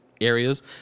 areas